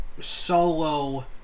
solo